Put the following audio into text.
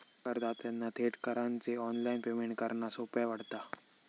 करदात्यांना थेट करांचे ऑनलाइन पेमेंट करना सोप्या पडता